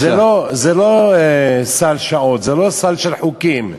זה לא סל שעות, זה לא סל של חוקים.